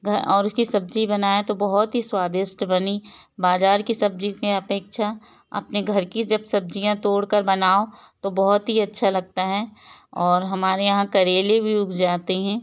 घर और उसकी सब्जी बनाया तो बहुत ही स्वादिष्ट बनी बाजार की सब्जी के अपेक्षा अपने घर की जब सब्जियाँ तोड़कर बनाओ तो बहुत ही अच्छा लगता है और हमारे यहाँ करेली भी उग जाते हैं